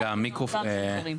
היא צריכה להיות לטובת הציבור